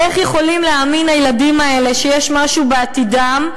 איך יכולים להאמין הילדים האלה שיש משהו בעתידם,